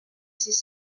sis